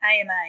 AMA